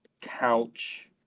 couch